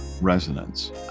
resonance